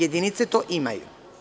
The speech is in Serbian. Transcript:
Jedinice to imaju.